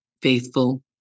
faithful